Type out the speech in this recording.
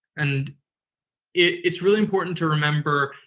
and it's really important to remember,